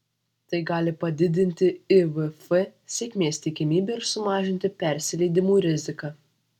tai gali padidinti ivf sėkmės tikimybę ir sumažinti persileidimų riziką